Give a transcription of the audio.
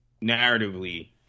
narratively